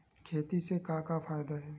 खेती से का का फ़ायदा हे?